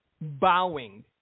bowing